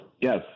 Yes